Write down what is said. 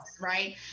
right